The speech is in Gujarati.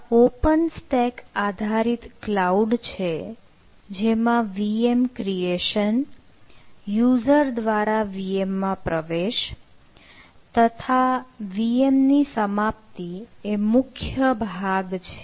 આ ઓપન સ્ટેક આધારિત ક્લાઉડ છે જેમાં VM ક્રીએશન યુઝર દ્વારા VM મા પ્રવેશ તથા VM ની સમાપ્તિ એ મુખ્ય ભાગ છે